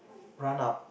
run up